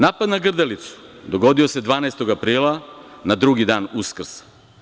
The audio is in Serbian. Napad na Grdelicu dogodio se 12. aprila na drugi dan Uskrsa.